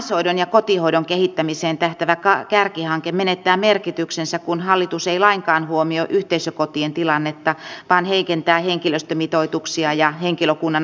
omaishoidon ja kotihoidon kehittämiseen tähtäävä kärkihanke menettää merkityksensä kun hallitus ei lainkaan huomioi yhteisökotien tilannetta vaan heikentää henkilöstömitoituksia ja henkilökunnan ammattipätevyyksiä